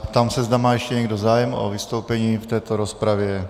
Ptám se, zda má ještě někdo zájem o vystoupení v této rozpravě.